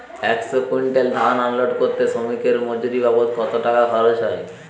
একশো কুইন্টাল ধান আনলোড করতে শ্রমিকের মজুরি বাবদ কত টাকা খরচ হয়?